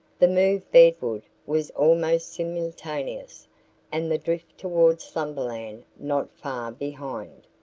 the move bedward was almost simultaneous and the drift toward slumberland not far behind.